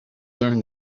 learn